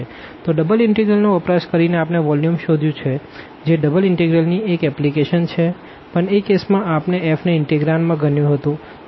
તો double integral નો વપરાશ કરી ને આપણે વોલ્યુમ શોધ્યું છે જે ડબલ ઇનટેગ્રલ ની એક એપ્લીકેશન છે પણ એ કેસ માં આપણે f ને ઇનટેગ્રાંડ માં ગણ્યું હતું